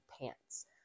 pants